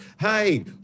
hey